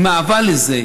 עם אהבה לזה,